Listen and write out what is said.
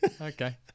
okay